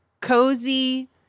cozy